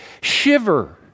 shiver